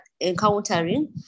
encountering